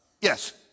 Yes